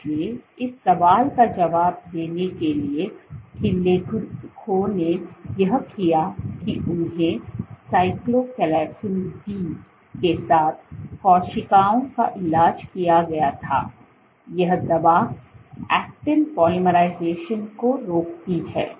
इसलिए इस सवाल का जवाब देने के लिए कि लेखकों ने यह किया कि उन्हें साइटोक्लासिन डीके साथ कोशिकाओं का इलाज किया गया था यह दवा एक्टिन पोलीमराइजेशन को रोकती है